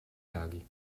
laghi